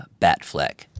Batfleck